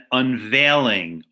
unveiling